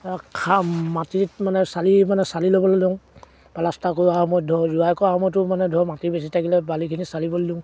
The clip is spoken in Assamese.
মাটিত মানে চালি মানে চালি ল'বলৈ লওঁ প্লাষ্টাৰ কৰাৰ সময়ত ধৰক জোৰাই কৰাৰ সময়তো মানে ধৰক মাটি বেছি থাকিলে বালিখিনি চালিবলৈ দিওঁ